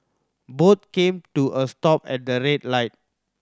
both came to a stop at a red light